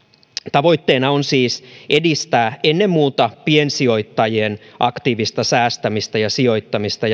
tavoitteena on siis edistää ennen muuta piensijoittajien aktiivista säästämistä ja sijoittamista